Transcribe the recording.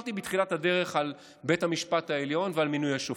דיברתי בתחילת הדרך על בית המשפט העליון ועל מינוי השופטים.